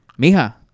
mija